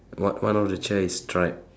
one one of the chair is striped